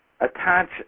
attach